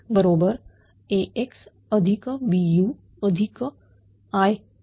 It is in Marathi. बरोबर AxBu IP